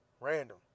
random